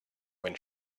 when